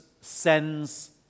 sends